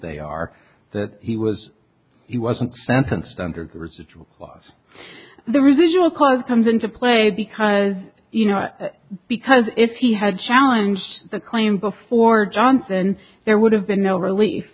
they are that he was he wasn't sentenced under the residual clause the original cause comes into play because you know because if he had challenged the claim before johnson there would have been no relief